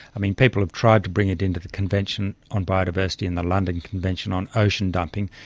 i mean, people have tried to bring it into the convention on biodiversity and the london convention on ocean dumping,